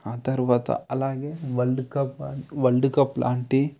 ఆ తర్వాత అలాగే వరల్డ్ కప్ వరల్డ్ కప్ లాంటి